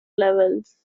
levels